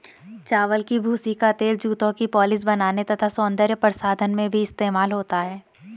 चावल की भूसी का तेल जूतों की पॉलिश बनाने तथा सौंदर्य प्रसाधन में भी इस्तेमाल होता है